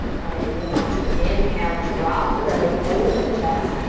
alright, you're doing awesome. inhale, drop the belly, open the chest.